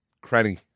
Cranny